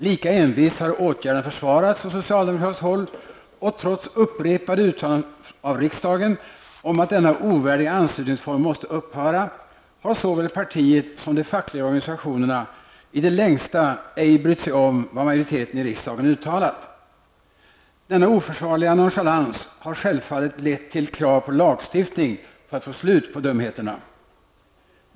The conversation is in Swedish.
Lika envist har åtgärden försvarats från socialdemokratiskt håll, och trots upprepade uttalanden av riksdagen om att denna ovärdiga anslutningsform måste upphöra, har såväl partiet som de fackliga organisationerna i det längsta ej brytt sig om vad majoriteten i riksdagen har uttalat. Denna oförsvarliga nonchalans har självfallet lett till krav på lagstiftning för att få slut på dumheterna.